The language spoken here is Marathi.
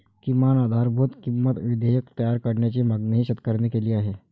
किमान आधारभूत किंमत विधेयक तयार करण्याची मागणीही शेतकऱ्यांनी केली आहे